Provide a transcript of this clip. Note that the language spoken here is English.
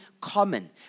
common